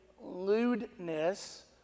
lewdness